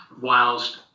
whilst